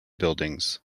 buildings